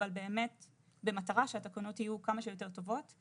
אבל באמת במטרה שהתקנות יהיו כמה שיותר טובות.